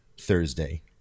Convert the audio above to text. thursday